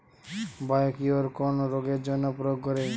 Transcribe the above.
Biocure কোন রোগেরজন্য প্রয়োগ করে?